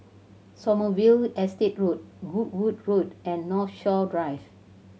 Sommerville Estate Road Goodwood Road and Northshore Drive